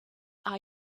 are